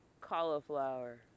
Cauliflower